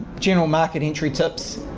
general market entry tips